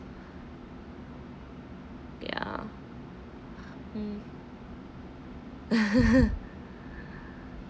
yeah mm